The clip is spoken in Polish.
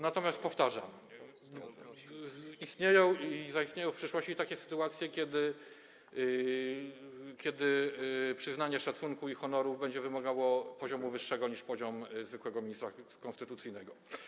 Natomiast, powtarzam: Istnieją i zaistnieją w przyszłości takie sytuacje, kiedy okazanie szacunku i honoru będzie wymagało poziomu wyższego niż poziom zwykłego ministra konstytucyjnego.